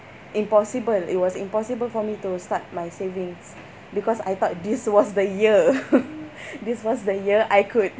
impossible it was impossible for me to start my savings because I thought this was the year this was the year I could